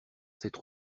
cette